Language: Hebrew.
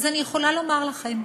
אז אני יכולה לומר לכם.